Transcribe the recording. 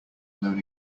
known